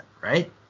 right